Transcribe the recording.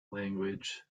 language